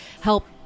help